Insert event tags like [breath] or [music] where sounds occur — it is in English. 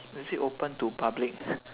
is it open to public [breath]